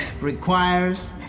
requires